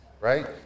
right